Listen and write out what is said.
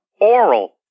oral